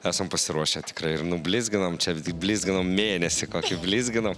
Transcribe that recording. esam pasiruošę tikrai ir nublizginam čia blizginom mėnesį kokį blizginom